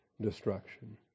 destruction